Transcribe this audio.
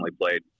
played